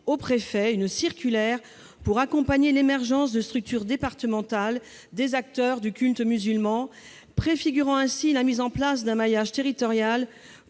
aux préfets une circulaire pour accompagner l'émergence de structures départementales des acteurs du culte musulman, préfigurant ainsi la mise en place d'un maillage territorial,